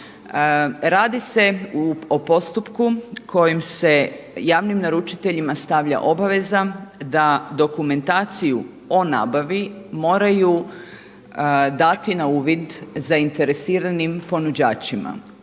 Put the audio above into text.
Radi se o postupku kojim se javnim naručiteljima stavlja obaveza da dokumentaciju o nabavi moraju dati na uvid zainteresiranim ponuđačima